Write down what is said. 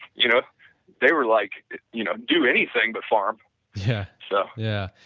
you know they were like you know do anything but farm yeah so yeah.